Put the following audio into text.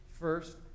first